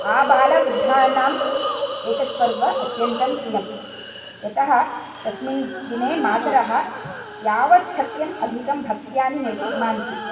आबालवृद्धानाम् एतद् पर्व अत्यन्तं प्रियम् यतः तस्मिन् दिने मातरः यावच्छक्यम् अधिकं भक्ष्यानि निर्मान्ति